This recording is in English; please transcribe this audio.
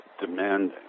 demanding